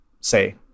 say